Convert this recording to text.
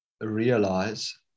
realize